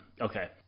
Okay